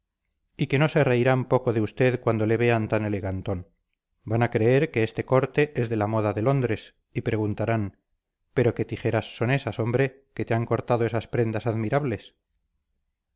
y que no se reirán poco de usted cuando le vean tan elegantón van a creer que este corte es de la moda de londres y preguntarán pero qué tijeras son esas hombre que te han cortado esas prendas admirables